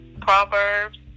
Proverbs